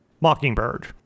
Mockingbird